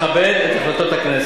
אנחנו נכבד את החלטות הכנסת.